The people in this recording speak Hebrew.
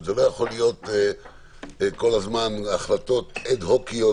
זה לא יכול להיות כל הזמן החלטות אד-הוקיות